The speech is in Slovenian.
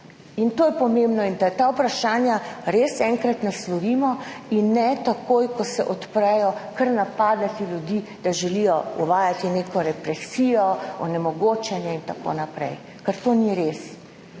To je pomembno, da ta vprašanja res enkrat naslovimo in ne takoj, ko se odprejo, kar napadati ljudi, da želijo uvajati neko represijo, onemogočanje in tako naprej, ker to ni res.